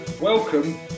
welcome